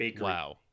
Wow